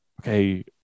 okay